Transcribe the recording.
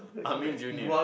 Ah-Meng junior